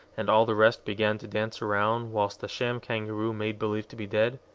and all the rest began to dance around, whilst the sham kangaroo made believe to be dead.